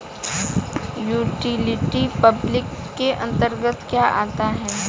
Utility public के अंतर्गत क्या आता है?